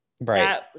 Right